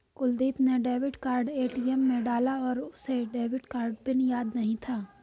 कुलदीप ने debit card ATM में डाला पर उसे डेबिट कार्ड पिन याद नहीं था